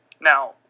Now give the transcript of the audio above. Now